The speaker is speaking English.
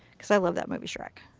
because i love that movie shrek.